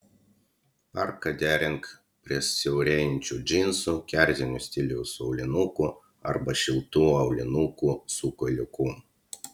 parką derink prie siaurėjančių džinsų kerzinio stiliaus aulinukų arba šiltų aulinukų su kailiuku